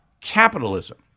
capitalism